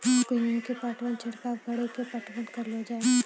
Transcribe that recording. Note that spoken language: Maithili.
गेहूँ के पटवन छिड़काव कड़ी के पटवन करलो जाय?